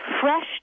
fresh